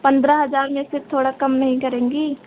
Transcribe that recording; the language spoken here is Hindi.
पन्द्रह हज़ार में से थोड़ा कम नहीं करेंगी